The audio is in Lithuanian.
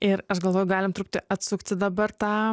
ir aš galvoju galim truputį atsukti dabar tą